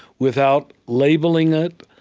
without labeling it,